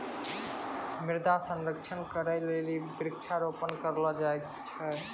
मृदा संरक्षण करै लेली वृक्षारोपण करलो जाय छै